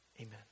Amen